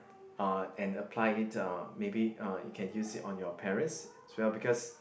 uh and apply it uh maybe uh you can use it on your parents as well because